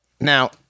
now